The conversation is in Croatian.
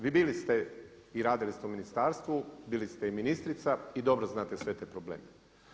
Vi bili ste i radili ste u ministarstvu, bili ste i ministrica i dobro znate sve te probleme.